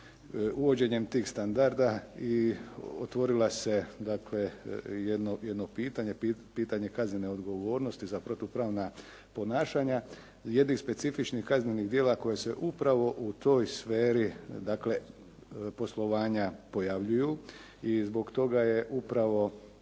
Uvođenjem tih standarda i otvorila se dakle jedno pitanje, pitanje kaznene odgovornosti za protupravna ponašanja jednih specifičnih kaznenih djela koja se upravo u toj sferi, dakle poslovanja pojavljuju i zbog toga je upravo